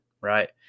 right